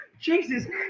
Jesus